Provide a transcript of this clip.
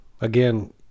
again